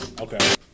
Okay